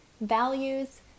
values